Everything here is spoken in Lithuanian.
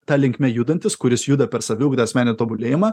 ta linkme judantis kuris juda per saviugdą asmenį tobulėjimą